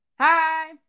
Hi